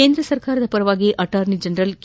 ಕೇಂದ್ರ ಸರ್ಕಾರದ ಪರವಾಗಿ ಅಟಾರ್ನಿ ಜನರಲ್ ಕೆ